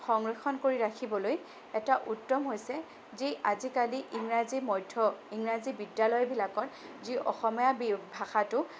সংৰক্ষণ কৰি ৰাখিবলৈ এটা উত্তম হৈছে যে আজিকালি ইংৰাজী মধ্য ইংৰাজী বিদ্যালয়বিলাকত যি অসমীয়া ভাষাটো